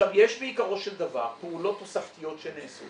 יש בעיקרו של דבר פעולות תוספתיות שנעשו